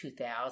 2000